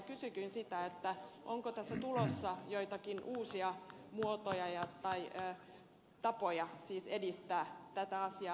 kysynkin sitä onko tässä tulossa joitakin uusia muotoja tai tapoja edistää tätä asiaa